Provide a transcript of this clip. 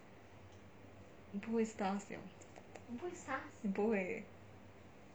你不会 stars liao 你不会